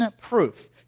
proof